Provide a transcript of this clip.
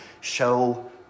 show